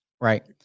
Right